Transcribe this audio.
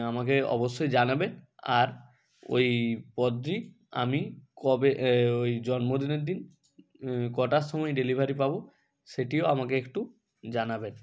আমাকে অবশ্যই জানাবেন আর ওই পদটি আমি কবে ওই জন্মদিনের দিন কটার সময় ডেলিভারি পাব সেটিও আমাকে একটু জানাবেন